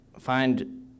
find